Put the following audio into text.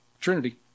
Trinity